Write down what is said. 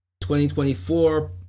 2024